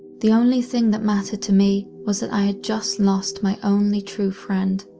the only thing that mattered to me was that i had just lost my only true friend,